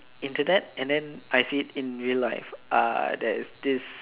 Internet and then I seen it in real life uh there is this